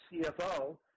CFO